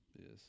Yes